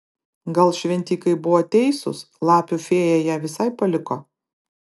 gal šventikai buvo teisūs lapių fėja ją visai paliko